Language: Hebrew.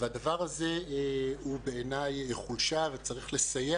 והדבר הזה הוא בעיניי חולשה וצריך לסייע